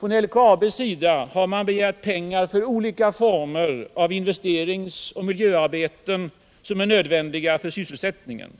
Från LKAB:s sida har man begärt pengar för olika former av investeringsoch miljöarbeten som är nödvändiga för sysselsättningen.